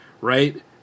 right